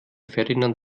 ferdinand